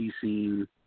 scene